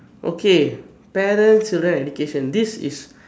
okay parents children and education this is